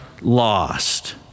lost